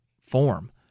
form